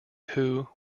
who